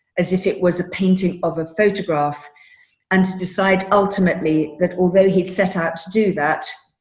as if it was a painting of a photograph and decide ultimately that although he'd set out to do that,